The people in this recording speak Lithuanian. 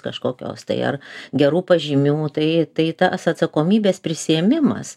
kažkokios tai ar gerų pažymių tai tai tas atsakomybės prisiėmimas